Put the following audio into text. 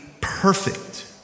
perfect